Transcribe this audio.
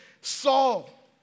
Saul